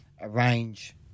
arrange